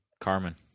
Carmen